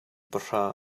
pahra